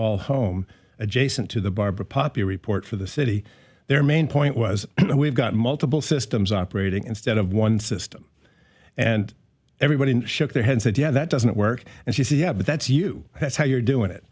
all home adjacent to the barbara poppy report for the city their main point was we've got multiple systems operating instead of one system and everybody shook their head said yeah that doesn't work and she said yeah but that's you has how you're doing it